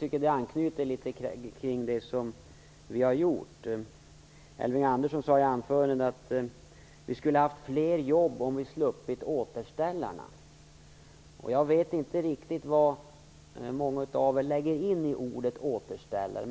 Det anknöt litet grand till det som vi har åstadkommit. Elving Andersson sade att det skulle ha funnits flera jobb om man hade sluppit återställarna. Jag vet inte riktigt vad ni lägger in i begreppet återställare.